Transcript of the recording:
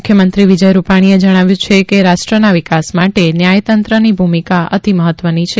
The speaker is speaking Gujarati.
મુખ્યમંત્રી વિજય રૂપાણીએ જણાવ્યું છે કે રાષ્ટ્રના વિકાસ માટે ન્યાયતંત્રની ભૂમિકા અતિ મહત્વની છે